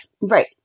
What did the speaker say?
right